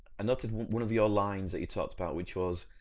i noted one of your lines that you talked about which was,